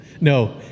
No